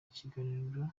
kiganiro